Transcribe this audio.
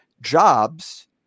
jobs